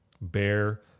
Bear